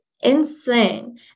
insane